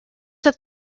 that